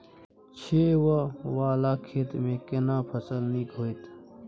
छै ॉंव वाला खेत में केना फसल नीक होयत?